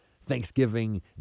Thanksgiving